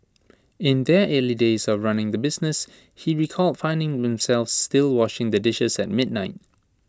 in their early days of running the business he recalled finding themselves still washing the dishes at midnight